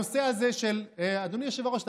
אדוני היושב-ראש,